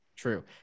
true